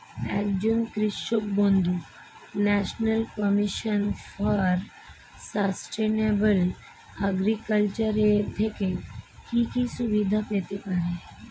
একজন কৃষক বন্ধু national commission for sustainable agriculture এর থেকে কি কি সুবিধা পেতে পারে?